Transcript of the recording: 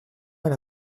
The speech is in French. elle